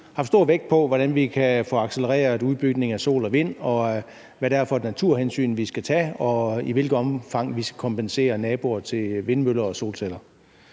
2023, lagt stor vægt på, hvordan vi kan få accelereret udbygningen af energiproduktion fra sol og vind, og på, hvad det er for et naturhensyn, vi skal tage, og i hvilket omfang vi skal kompensere naboer til vindmøller og solceller.